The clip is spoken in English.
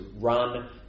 run